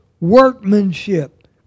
workmanship